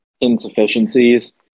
insufficiencies